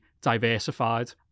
diversified